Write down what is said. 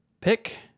pick